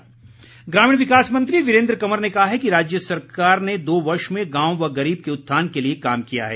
वीरेन्द्र कंवर ग्रामीण विकास मंत्री वीरेन्द्र कंवर ने कहा है कि राज्य सरकार ने दो वर्ष में गांव व गरीब के उत्थान के लिए काम किया है